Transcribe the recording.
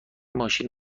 ماشین